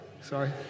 Sorry